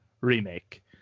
Remake